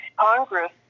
Congress